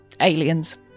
aliens